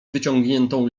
wyciągniętą